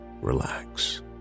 relax